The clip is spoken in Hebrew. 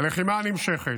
הלחימה נמשכת.